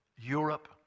Europe